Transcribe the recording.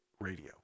radio